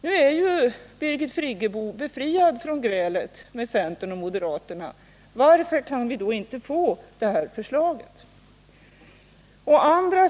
Nu är ju Birgit Friggebo befriad från grälet med centern och moderaterna — varför kan vi då inte få detta förslag?